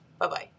bye-bye